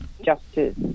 justice